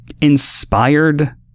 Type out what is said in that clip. inspired